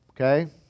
Okay